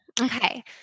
Okay